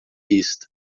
pista